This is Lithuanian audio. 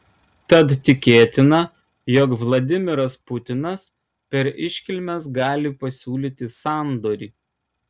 tad tikėtina jog vladimiras putinas per iškilmes gali pasiūlyti sandorį